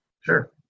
Sure